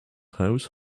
house